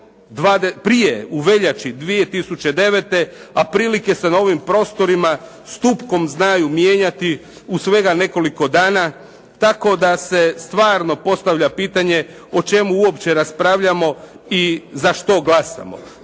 prije, u veljači 2009., a prilike se u ovim prostorima stupkom znaju mijenjati u svega nekoliko dana, tako da se stvarno postavlja pitanje o čemu uopće raspravljamo i za što glasamo.